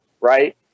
Right